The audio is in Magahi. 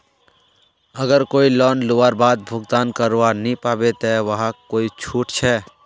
अगर कोई लोन लुबार बाद भुगतान करवा नी पाबे ते वहाक कोई छुट छे?